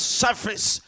surface